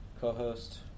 co-host